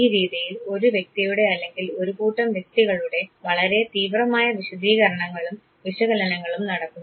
ഈ രീതിയിൽ ഒരു വ്യക്തിയുടെ അല്ലെങ്കിൽ ഒരു കൂട്ടം വ്യക്തികളുടെ വളരെ തീവ്രമായ വിശദീകരണങ്ങളും വിശകലനങ്ങളും നടക്കുന്നു